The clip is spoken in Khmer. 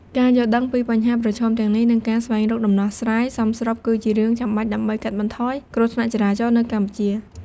ការយល់ដឹងពីបញ្ហាប្រឈមទាំងនេះ និងការស្វែងរកដំណោះស្រាយសមស្រប គឺជារឿងចាំបាច់ដើម្បីកាត់បន្ថយគ្រោះថ្នាក់ចរាចរណ៍នៅកម្ពុជា។